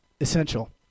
essential